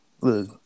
look